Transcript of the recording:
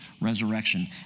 resurrection